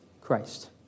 Christ